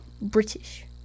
British